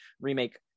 Remake